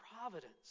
providence